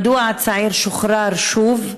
2. מדוע הצעיר שוחרר שוב?